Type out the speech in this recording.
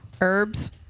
Herbs